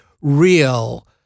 real